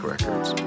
Records